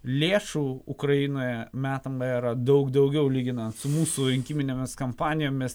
lėšų ukrainoje metama yra daug daugiau lyginant su mūsų rinkiminėmis kampanijomis